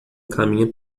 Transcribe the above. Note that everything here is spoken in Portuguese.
caminha